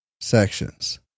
sections